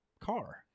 car